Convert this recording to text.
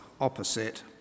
opposite